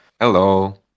Hello